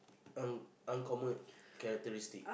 un~ uncommon characteristic